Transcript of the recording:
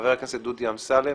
חבר הכנסת דודי אמסלם,